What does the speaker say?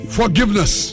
forgiveness